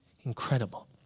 Incredible